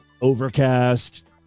Overcast